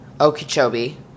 Okeechobee